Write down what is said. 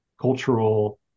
cultural